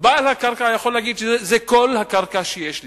בעל הקרקע יכול להגיד: זו כל הקרקע שיש לי.